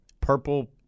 purple